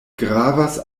gravas